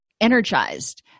energized